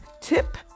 tip